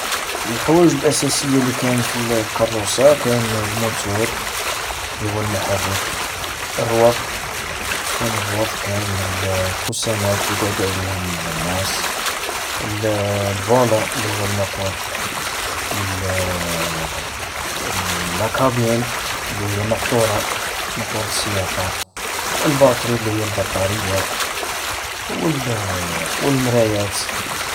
﻿الحوايج الأساسية اللي كاينة في الكروسة، كاين الموتور اللي هو المحرك، الروض كاين الروض، كاين ال كوسانات اللي يقعدو عليهم الناس، ال الفولون اللي هو المقود، ال لا كابين اللي هي المقطورة مقطورة السياقة، الباتري اللي هي البطارية، وال والمرايات.